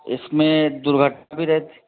इसमें दुर्घटना भी रहती है